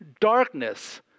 darkness